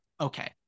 okay